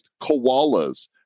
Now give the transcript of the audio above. koalas